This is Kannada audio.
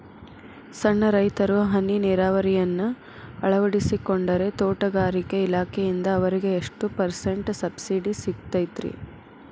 ಸಣ್ಣ ರೈತರು ಹನಿ ನೇರಾವರಿಯನ್ನ ಅಳವಡಿಸಿಕೊಂಡರೆ ತೋಟಗಾರಿಕೆ ಇಲಾಖೆಯಿಂದ ಅವರಿಗೆ ಎಷ್ಟು ಪರ್ಸೆಂಟ್ ಸಬ್ಸಿಡಿ ಸಿಗುತ್ತೈತರೇ?